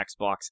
Xbox